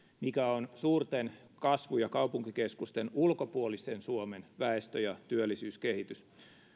mikä on suurten kasvu ja kaupunkikeskusten ulkopuolisen suomen väestö ja työllisyyskehitys